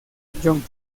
johnson